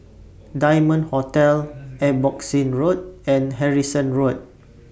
Diamond Hotel Abbotsingh Road and Harrison Road